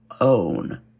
OWN